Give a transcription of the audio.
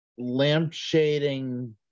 lampshading